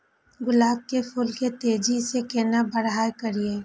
गुलाब के फूल के तेजी से केना बड़ा करिए?